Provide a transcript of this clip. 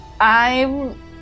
I'm-